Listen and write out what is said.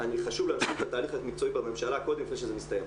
חשוב להציג את התהליך מקצועית בממשלה קודם לפני שזה מסתיים.